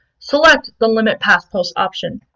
select the limit past posts option.